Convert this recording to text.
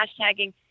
hashtagging